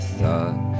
thought